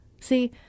See